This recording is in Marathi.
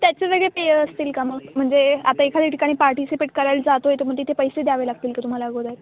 त्याचे जे काय पे असतील का मग म्हणजे आता एखाद्या ठिकाणी पार्टिसिपेट करायला जातो आहे तर मग तिथे पैसे द्यावे लागतील का तुम्हाला अगोदर